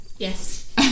Yes